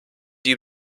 die